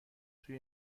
توی